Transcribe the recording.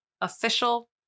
Official